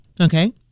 Okay